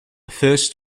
first